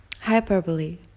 Hyperbole